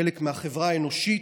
כחלק מהחברה האנושית,